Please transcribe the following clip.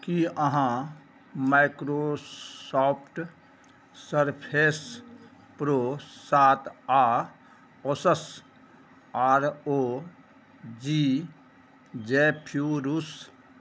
की अहाँ Microsoft Surface Pro सात आ Asus R O G Zephyrus